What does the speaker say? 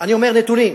אני אומר נתונים.